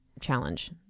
challenge